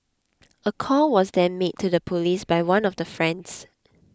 a call was then made to the police by one of the friends